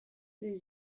les